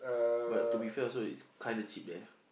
but to be fair also is kinda cheap there